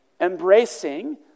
Embracing